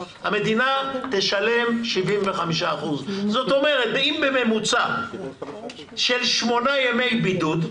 המדינה תשלם 75%. זאת אומרת שאם בממוצע של שמונה ימי בידוד,